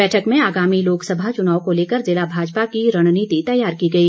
बैठक में आगामी लोकसभा चुनाव को लेकर जिला भाजपा की रणनीति तैयार की गई